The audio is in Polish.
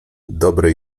dobry